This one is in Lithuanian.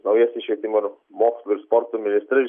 naujasis švietimo ir mokslo ir sporto ministras